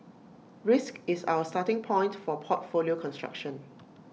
risk is our starting point for portfolio construction